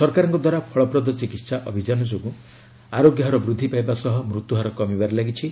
ସରକାରଙ୍କ ଦ୍ୱାରା ଫଳପ୍ରଦ ଚିକିହା ଅଭିଯାନ ଯୋଗୁଁ ଆରୋଗ୍ୟ ହାର ବୃଦ୍ଧି ପାଇବା ସହ ମୃତ୍ୟୁହାର କମିବାରେ ଲାଗିଛି